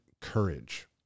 courage